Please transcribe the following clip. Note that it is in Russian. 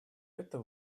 это